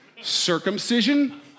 Circumcision